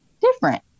different